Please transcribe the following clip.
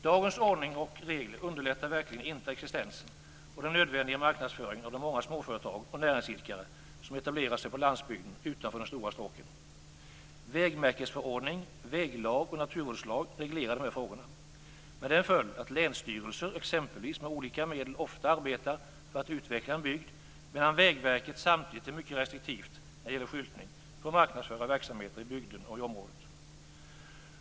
Dagens ordning och regler underlättar verkligen inte existensen och den nödvändiga marknadsföringen av de många småföretag och näringsidkare som etablerar sig på landsbygden utanför de stora stråken. Vägmärkesförordning, väglag och naturvårdslag reglerar de här frågorna med den följden att länsstyrelser exempelvis med olika medel ofta arbetar för att utveckla en bygd medan Vägverket samtidigt är mycket restriktiv när det gäller skyltning för att marknadsföra verksamheter i bygden och området.